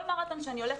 כל מרתון שאני הולכת,